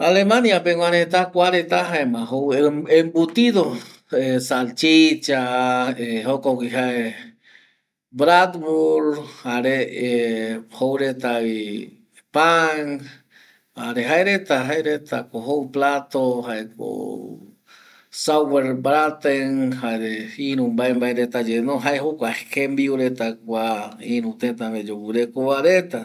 Alemania pegua reta jae ko joureta embutido salchicha ˂Hesitation˃ joureta vi pan jare jaereta ko jou plato sauerbraten jare iru mbae mbae reta jae jokua jembiu iru teta pe oikova reta va